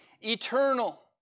eternal